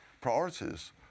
priorities